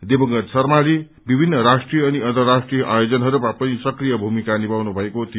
दिवंगत शर्माले विभिन्न राष्ट्रिय अनि अर्न्तराष्ट्रिय ओजनहरूमा पनि सक्किय भूमिका निभाउनु भएको थियो